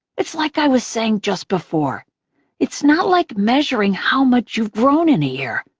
it's like i was saying just before it's not like measuring how much you've grown in a year.